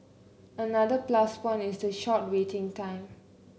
another plus point is the short waiting time